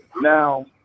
now